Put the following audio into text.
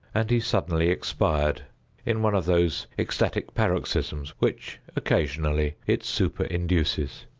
and he suddenly expired in one of those ecstatic paroxysms which, occasionally, it superinduces.